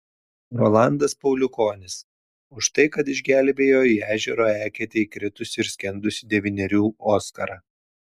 rolandas pauliukonis už tai kad išgelbėjo į ežero eketę įkritusį ir skendusį devynerių oskarą